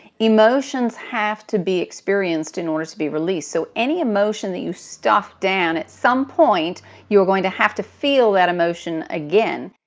emotions have to be experienced in order to be released. so any emotion that you stuffed down at some point you're going to have to feel that emotion again.